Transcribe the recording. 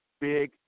big